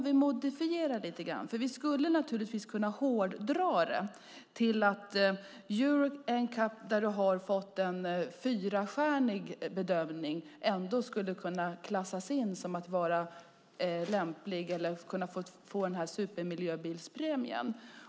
Vi skulle naturligtvis kunna hårdra det hela genom att säga att om du i Euro NCAP fått en fyrstjärnig bedömning skulle du ändå kunna klassas in som lämplig och kunna få supermiljöbilspremien.